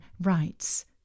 writes